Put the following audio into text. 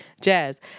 Jazz